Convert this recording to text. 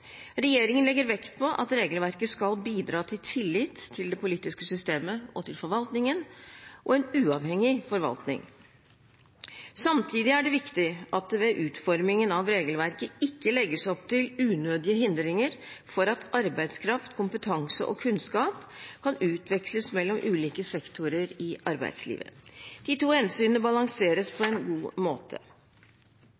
Regjeringen legger vekt på at regelverket skal bidra til tillit til det politiske systemet og til forvaltningen – en uavhengig forvaltning. Samtidig er det viktig at det ved utformingen av regelverket ikke legges opp til unødige hindringer for at arbeidskraft, kompetanse og kunnskap kan utveksles mellom ulike sektorer i arbeidslivet. De to hensynene balanseres på en god måte.